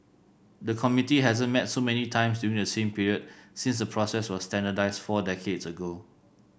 the committee hasn't met so many times during the same period since the process was standardised four decades ago